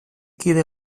kide